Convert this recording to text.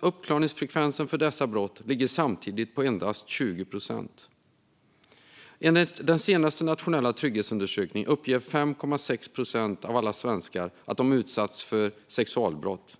Uppklaringsfrekvensen för dessa brott ligger samtidigt på endast 20 procent. Enligt den senaste nationella trygghetsundersökningen uppger 5,6 procent av alla svenskar att de utsatts för sexualbrott.